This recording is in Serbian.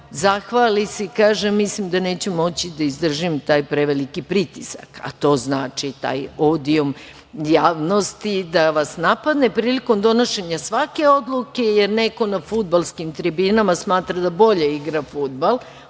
zahvali se i kaže – mislim da neću moći da izdržim taj preveliki pritisak. To znači taj odijum javnosti da vas napadne prilikom donošenja svake odluke, jer neko na fudbalskim tribinama smatra da bolje igra fudbal